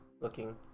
looking